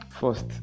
First